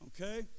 Okay